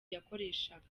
yakoreshaga